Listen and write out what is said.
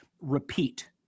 repeat